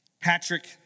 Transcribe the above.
Patrick